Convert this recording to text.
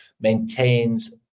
maintains